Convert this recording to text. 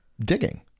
digging